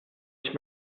ich